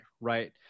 right